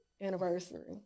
anniversary